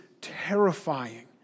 terrifying